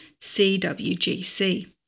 CWGC